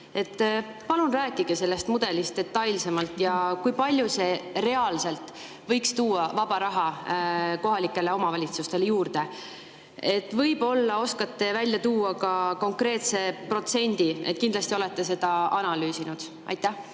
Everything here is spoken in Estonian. Palun rääkige sellest mudelist detailsemalt. Kui palju see reaalselt võiks tuua vaba raha kohalikele omavalitsustele juurde? Võib-olla oskate välja tuua ka konkreetse protsendi. Kindlasti olete seda analüüsinud. Aitäh,